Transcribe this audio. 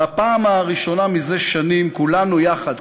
בפעם הראשונה זה שנים כולנו יחד,